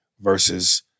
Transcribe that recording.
versus